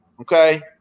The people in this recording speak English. Okay